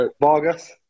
Vargas